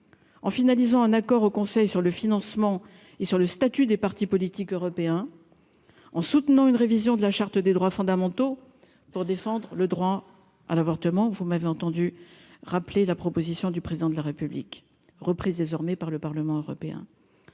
en finalisant un accord au Conseil sur le financement et sur le statut des partis politiques européens en soutenant une révision de la charte des droits fondamentaux pour défendre le droit à l'avortement, vous m'avez entendu rappeler la proposition du président de la République reprise désormais par le Parlement européen,